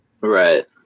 Right